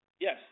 Yes